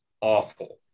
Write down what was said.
awful